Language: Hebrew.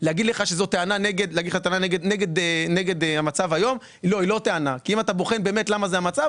ונגיד בנק ישראל השיב לו במכתב מנומק מדוע הוא מסכים להצטרף להמלצות,